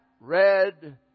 red